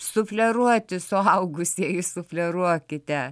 sufleruoti suaugusieji sufleruokite